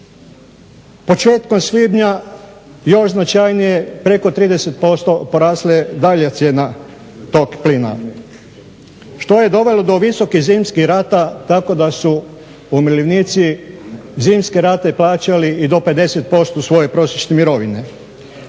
Početkom svibnja još značajnije preko 30% porasla je dalje cijena tog plina što je dovelo do visokih zimskih rata tako da su umirovljenici zimske rate plaćali i do 50% svoje prosječne mirovine.